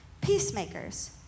Peacemakers